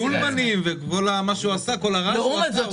השולמנים וכל מה שהוא עשה, כל הרעש שהוא עשה.